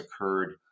occurred